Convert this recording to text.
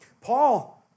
Paul